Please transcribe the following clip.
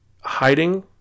hiding